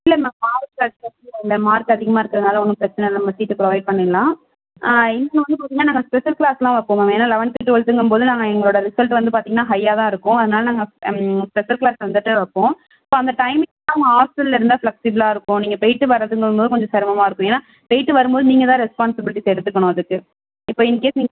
இல்லை ma'am mark mark அதிகமாக இருக்கிறதுனால ஒன்னும் பிரச்சனை இல்லை மேம் நம்ம சீட்டு ப்ரோவைட் பண்ணிடலாம் இங்கே வந்து பார்த்தீங்கன்னா நாங்கள் ஸ்பெஷல் கிளாஸ்லாம் வைப்போம் ஏன்னா லெவன்த் டூவல்த்ங்கும்போது நாங்கள் எங்களோட ரிசல்ட் வந்து பார்த்தீங்கன்னா ஹையாக தான் இருக்கும் அதனால் நாங்கள் ஸ்பெஷல் கிளாஸ் வந்துட்டு வைப்போம் ஸோ அந்த டைமிங்லாம் ஹாஸ்டலில் இருந்தால் ப்ளக்சிபிளாக இருக்கும் நீங்கள் போயிட்டு வரதுங்கும்போது கொஞ்சம் சிரமமாக இருக்கும் ஏன்னா போயிட்டு வரும்போது நீங்கள் தான் ரெஸ்பான்ஸ்பிலிட்ஸ் எடுத்துக்கணும் அதுக்கு இப்போ இன் கேஸ் நீங்கள் ஒரு